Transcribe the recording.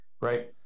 right